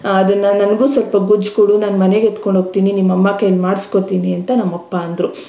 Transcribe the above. ಅದನ್ನು ನನಗೂ ಸಲ್ಪ ಗೊಜ್ಜು ಕೊಡು ನಾನು ಮನೆಗೆ ಎತ್ಕೊಂಡು ಹೋಗ್ತೀನಿ ನಿಮ್ಮ ಅಮ್ಮ ಕೈಲಿ ಮಾಡ್ಸ್ಕೊತೀನಿ ಅಂತ ನಮ್ಮಪ್ಪ ಅಂದರು